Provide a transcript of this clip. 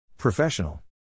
Professional